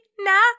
now